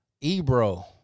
Ebro